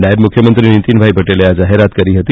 નાયબ મુખ્યમંત્રી નીતિન પટેલે આ જાહેરાત કરી હતી